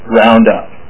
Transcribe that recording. roundup